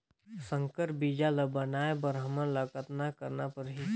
संकर बीजा ल बनाय बर हमन ल कतना करना परही?